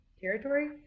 territory